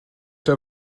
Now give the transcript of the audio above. der